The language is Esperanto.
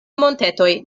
montetoj